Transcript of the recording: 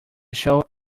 show